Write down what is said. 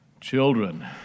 children